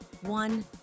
one